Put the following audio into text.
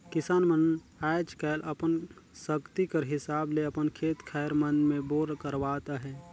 किसान मन आएज काएल अपन सकती कर हिसाब ले अपन खेत खाएर मन मे बोर करवात अहे